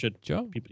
Joe